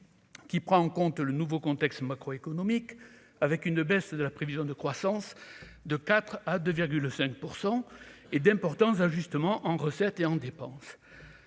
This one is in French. qui prend en compte le nouveau contexte macro-économique avec une baisse de la prévision de croissance de 4 à 2,5 % et d'importants ajustements en recettes et en dépenses,